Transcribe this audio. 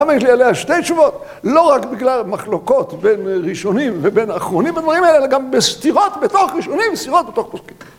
למה יש לי עליה שתי תשובות, לא רק בגלל המחלוקות בין ראשונים ובין האחרונים בדברים האלה, אלא גם בסתירות בתוך ראשונים, בסתירות בתוך ראשונים.